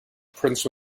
prince